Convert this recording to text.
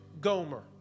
Gomer